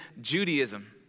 Judaism